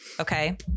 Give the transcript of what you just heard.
okay